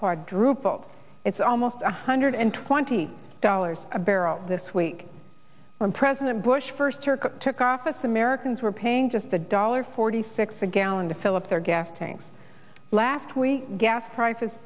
quadrupled it's almost one hundred twenty dollars a barrel this week when president bush first took office americans were paying just a dollar forty six a gallon to fill up their gas tanks last week gas prices